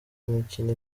imikino